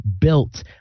built